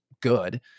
good